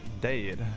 dead